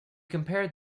compared